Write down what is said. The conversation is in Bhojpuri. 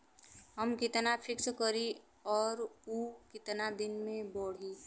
हम कितना फिक्स करी और ऊ कितना दिन में बड़ी?